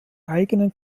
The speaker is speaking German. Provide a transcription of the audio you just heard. eigenen